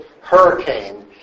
hurricane